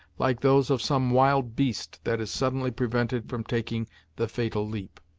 like those of some wild beast that is suddenly prevented from taking the fatal leap.